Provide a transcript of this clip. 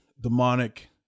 Demonic